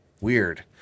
weird